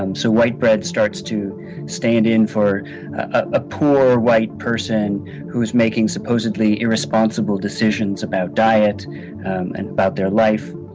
um so white bread starts to stand in for a poor white person who is making supposedly irresponsible decisions about diet and about their life.